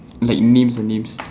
like names ah names